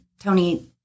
Tony